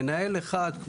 מנהל אחד,